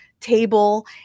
table